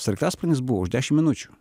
sraigtasparnis buvo už dešim minučių